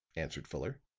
answered fuller.